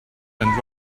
and